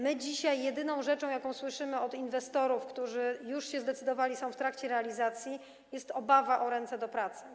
My dzisiaj jedyną rzeczą, jaką słyszymy od inwestorów, którzy już się zdecydowali, są w trakcie realizacji, jest obawa o ręce do pracy.